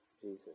Jesus